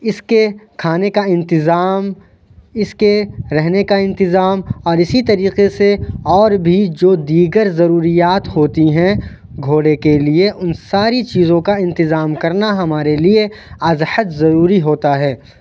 اس کے کھانے کا انتظام اس کے رہنے کا انتظام اور اسی طریقے سے اور بھی جو دیگر ضروریات ہوتی ہیں گھوڑے کے لیے ان ساری چیزوں کا انتظام کرنا ہمارے لیے از حد ضروری ہوتا ہے